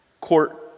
court